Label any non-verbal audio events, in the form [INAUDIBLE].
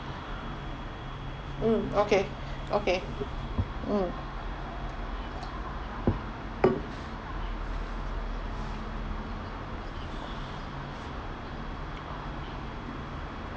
mm okay [BREATH] okay mm